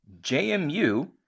JMU